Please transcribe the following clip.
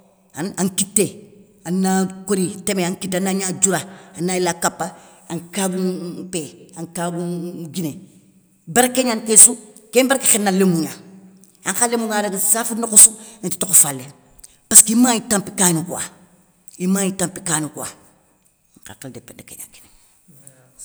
An ankité, ana kori témé, an kité ana gna dioura, ana yila kapa. ankagoumou mpéyé, ankagoumou nguiné. Berké gnane késsou, kén berké khéna lémou gna, ankha lémou ngana daga saféri nokhoussou, inta tokho falé, passkimani tampi kanikouwa, imani tampi kanikouwa, nhakhile dépé ni kégna kiniŋa.